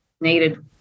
needed